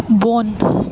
بۄن